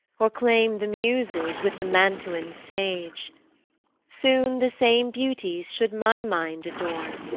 or claim the muses with the mantuan sage soon the same beauties should my mind adorn,